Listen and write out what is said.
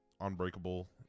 Unbreakable